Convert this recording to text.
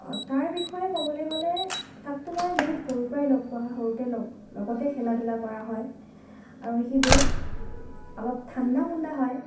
তাৰ বিষয়ে ক'বলে গ'লে তাকতো মই বহু সৰুৰেপৰা লগ পোৱা সৰুতে লগ লগতে খেলা ধূলা কৰা হয় আৰু সি বহুত অলপ ঠাণ্ডা মুণ্ডা হয়